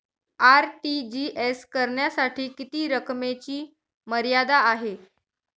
RTGS करण्यासाठी किती रकमेची मर्यादा आहे?